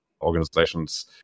organizations